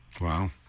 wow